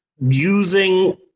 using